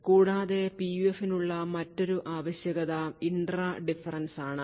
കൂടാതെ PUFനുള്ള മറ്റൊരു ആവശ്യകത ഇൻട്രാ ഡിഫറൻസാണ്